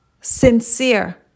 Sincere